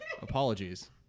apologies